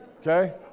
okay